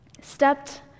stepped